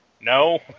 no